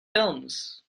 films